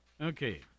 Okay